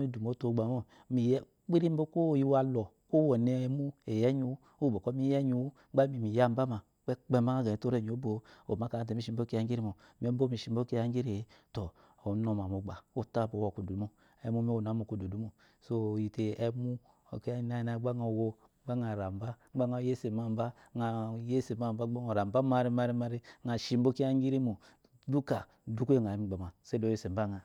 midu mbote ogba mo yni yi é kpiri bo walɔ kwo wode emu eyi enyiwu uwu nokɔ mi ya enyiwu gba mimi yabama kpekpemba əa gete te oranya obo-o oma kamata mi shibo wiyangiri mo inde mishibo kiya ngiri e-e tɔ onama mogba otaba owɔku du mo, emumi onamukudu du mo so iyite emu iyoinayina gba əawo gba əaraba əayese maba yayese maba gba əa ramba marimari da shibo kiya ngirimo duka inde gba əayi mi gbama seyide oyese baya,